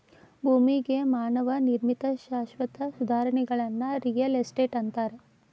ಭೂಮಿಗೆ ಮಾನವ ನಿರ್ಮಿತ ಶಾಶ್ವತ ಸುಧಾರಣೆಗಳನ್ನ ರಿಯಲ್ ಎಸ್ಟೇಟ್ ಅಂತಾರ